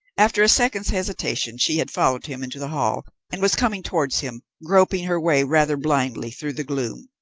after a second's hesitation she had followed him into the hall and was coming towards him, groping her way rather blindly through the gloom.